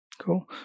Cool